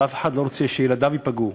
ואף אחד לא רוצה שילדיו ייפגעו.